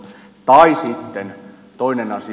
tai sitten toinen asia